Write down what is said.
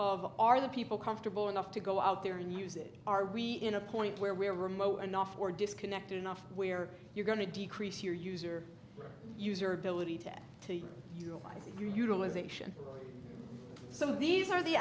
our the people comfortable enough to go out there and use it are we in a point where we're remote enough or disconnected enough where you're going to decrease your user user ability to utilize the utilization some of these are the